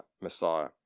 Messiah